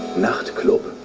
not club